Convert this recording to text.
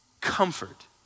comfort